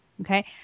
Okay